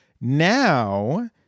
now